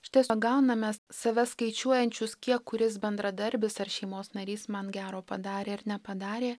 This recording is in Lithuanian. išties pagauname save skaičiuojančius kiek kuris bendradarbis ar šeimos narys man gero padarė ar nepadarė